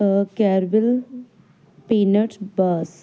ਕੈਰਬਿਲ peanuts ਬਸ